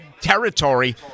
territory